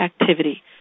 activity